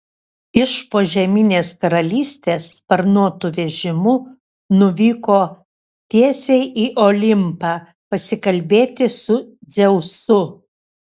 iš požeminės karalystės sparnuotu vežimu nuvyko tiesiai į olimpą pasikalbėti su dzeusu